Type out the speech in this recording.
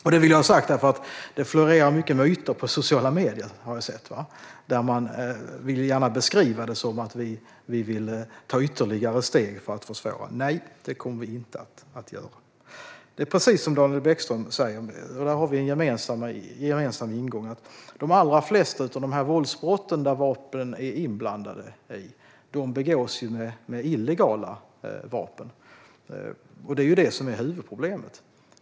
Jag vill ha detta sagt, för jag har sett att det florerar många myter på sociala medier. Man vill gärna beskriva det som att vi vill ta ytterligare steg för att försvåra. Nej, det kommer vi inte att göra. Det är precis som Daniel Bäckström säger; där har vi en gemensam ingång. De allra flesta av de våldsbrott där vapen är inblandade begås med illegala vapen. Det är ju detta som är huvudproblemet.